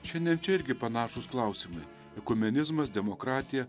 šiandien čia irgi panašūs klausimai ekumenizmas demokratija